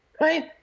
right